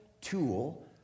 tool